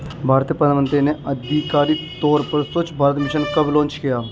भारतीय प्रधानमंत्री ने आधिकारिक तौर पर स्वच्छ भारत मिशन कब लॉन्च किया?